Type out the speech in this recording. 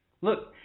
Look